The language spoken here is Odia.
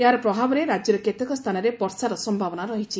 ଏହାର ପ୍ରଭାବରେ ରାଜ୍ୟର କେତେକ ସ୍ଥାନରେ ବର୍ଷା ସମ୍ଭାବନା ରହିଛି